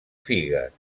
figues